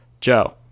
Joe